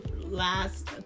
last